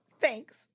Thanks